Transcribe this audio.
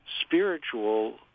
spiritual